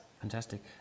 Fantastic